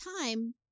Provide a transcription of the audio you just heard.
time